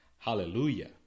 Hallelujah